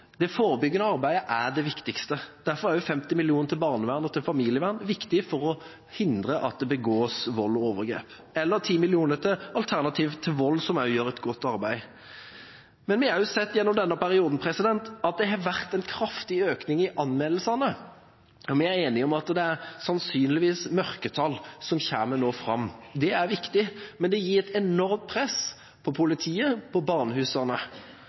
det viktigste. Derfor er også 50 mill. kr til barnevern og familievern viktig for å forhindre at det begås vold og overgrep – eller 10 mill. kr til Alternativ til Vold, som også gjør et godt arbeid. Vi har også sett gjennom denne perioden at det har vært en kraftig økning i antall anmeldelser. Vi er enige om at det sannsynligvis er mørketall som nå kommer fram. Det er viktig, men det gir et enormt press på politiet og på barnehusene.